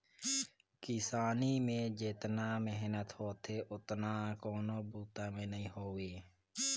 किसानी में जेतना मेहनत होथे ओतना कोनों बूता में नई होवे